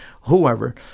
whoever